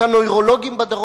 את הנוירולוגים בדרום,